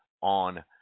on